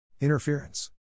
Interference